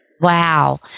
Wow